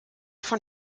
von